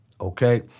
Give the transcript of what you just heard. okay